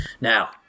Now